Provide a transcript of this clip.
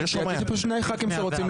יש פה שני חברי כנסת שרוצים לדבר.